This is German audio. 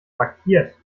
markiert